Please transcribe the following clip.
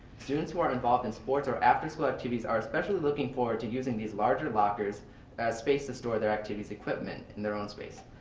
students who are involved in sports or after school activities are especially looking forward to using these larger lockers as space to store their activity's equipment in their own space.